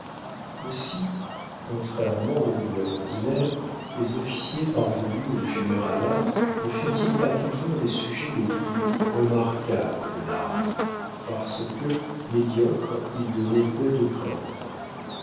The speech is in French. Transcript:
aussi contrairement aux lois ordinaires les officiers parvenus au généralat ne furent-ils pas toujours les sujets les plus remarquables de l'arme parce que médiocres ils donnaient peu de craintes